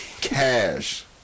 Cash